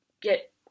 get